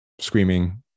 screaming